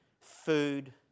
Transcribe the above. food